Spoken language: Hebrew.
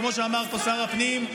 כמו שאמר פה שר הפנים,